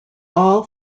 all